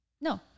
No